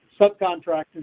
subcontractors